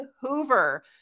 Hoover